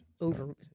over